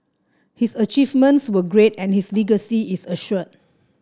his achievements were great and his legacy is assured